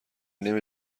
نمی